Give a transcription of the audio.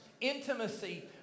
Intimacy